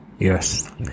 Yes